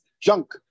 junk